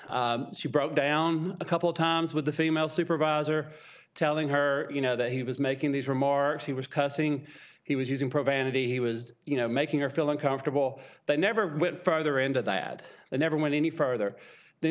could she broke down a couple times with the female supervisor telling her you know that he was making these remarks he was cussing he was using profanity he was you know making her feel uncomfortable but never went further into that and never went any further then